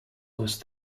was